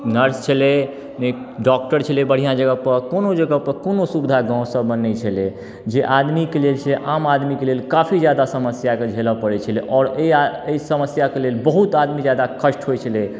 nurse छलै ने doctor छलै बढ़िआँ जगहपर कोनो जगहपर कोनो सुविधा गाँव सबमे नहि छलै जे आदमीके लेल से आम आदमीके लेल काफी जादा समस्याके झेलऽ पड़ै छलै आओर अइ अइ समस्याके लेल बहुत आदमी जादा कष्ट होइ छलै